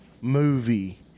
movie